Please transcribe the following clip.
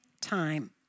time